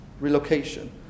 relocation